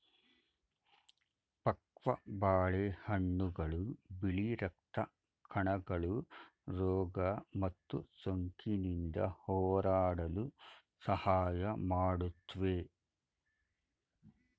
ಪಕ್ವ ಬಾಳೆಹಣ್ಣುಗಳು ಬಿಳಿ ರಕ್ತ ಕಣಗಳು ರೋಗ ಮತ್ತು ಸೋಂಕಿನಿಂದ ಹೋರಾಡಲು ಸಹಾಯ ಮಾಡುತ್ವೆ